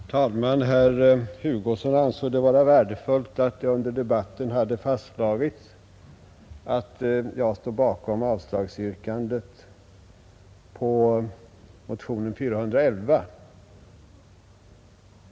Herr talman! Herr Hugosson ansåg det vara värdefullt att jag under debatten fastslagit att jag står bakom avslagsyrkandet på motionen nr 411.